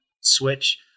switch